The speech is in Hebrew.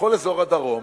בכל אזור הדרום